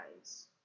eyes